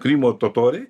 krymo totoriai